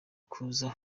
kuza